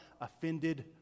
offended